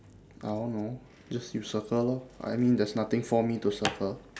I don't know just you circle lor I mean there's nothing for me to circle